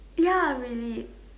ya really